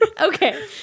Okay